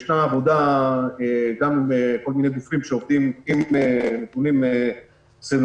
ישנה עבודה עם כל מיני גופים שעובדים עם נתונים סלולריים,